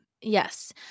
Yes